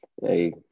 Hey